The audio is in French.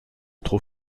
trop